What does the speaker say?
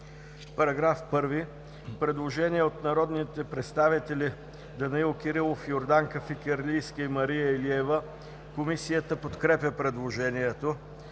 По § 1 има предложение от народните представители Данаил Кирилов, Йорданка Фикирлийска и Мария Илиева. Комисията подкрепя предложението.